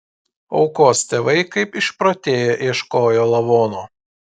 aukos tėvai kaip išprotėję ieškojo lavono